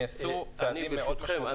נעשו צעדים מאוד חשובים -- ברשותכם,